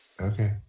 Okay